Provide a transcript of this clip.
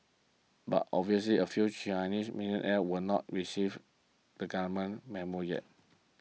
but obviously a few Chinese millionaires will not received the Government Memo yet